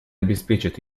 обеспечит